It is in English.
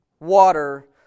Water